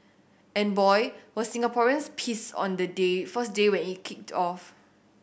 and boy were Singaporeans pissed on the day first day when it kicked off